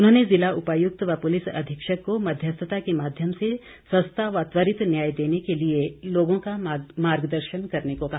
उन्होंने जिला उपायुक्त व पुलिस अधीक्षक को मध्यस्थता के माध्यम से सस्ता व त्वरित न्याय देने के लिए लोगों का मार्गदर्शन करने को कहा